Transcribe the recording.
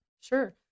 Sure